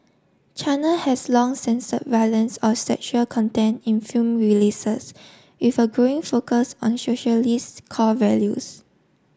China has long censored violence or sexual content in film releases with a growing focus on socialist core values